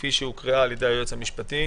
כפי שהוקראה על ידי היועץ המשפטי?